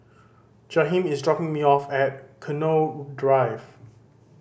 Jaheem is dropping me off at Connaught Drive